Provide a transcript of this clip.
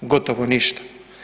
Gotovo ništa.